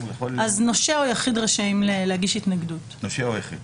נושה או יחיד רשאים להגיש התנגדות.